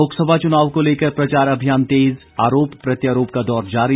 लोकसभा चुनाव को लेकर प्रचार अभियान तेज़ आरोप प्रत्यारोप का दौर जारी